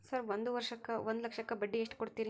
Sir ಒಂದು ವರ್ಷಕ್ಕ ಒಂದು ಲಕ್ಷಕ್ಕ ಎಷ್ಟು ಬಡ್ಡಿ ಕೊಡ್ತೇರಿ?